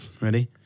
ready